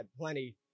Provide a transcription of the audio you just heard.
plenty